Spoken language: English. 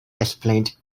explained